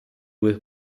with